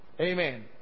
Amen